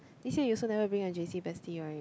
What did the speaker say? this year you also never bring your j_c bestie right